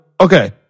Okay